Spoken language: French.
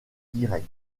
directs